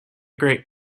great